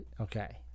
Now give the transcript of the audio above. okay